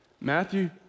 Matthew